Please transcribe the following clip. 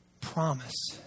promise